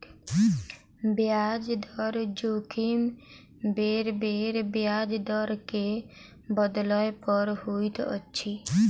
ब्याज दर जोखिम बेरबेर ब्याज दर के बदलै पर होइत अछि